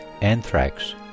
anthrax